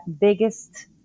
biggest